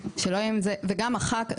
וגם אחר כך,